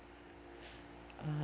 uh